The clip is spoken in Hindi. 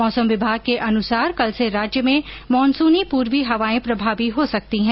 मौसम विभाग के अनुसार कल से राज्य में मानसूनी पूर्वी हवाएं प्रभावी हों सकती हैं